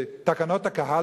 זה נקרא "תקנות הקהל"